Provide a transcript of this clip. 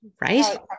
right